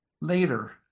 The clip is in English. Later